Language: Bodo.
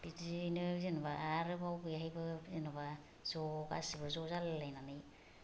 बिदियैनो जेनेबा आरोबाव बेवहायबो जेनेबा ज' गासैबो ज' जालायलायनानै